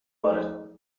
بارد